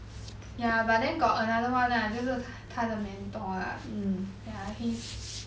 ya but then got another one lah 就是他的 mentor lah ya he's